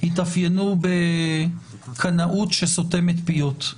התאפיינו בקנאות שסותמת פיות,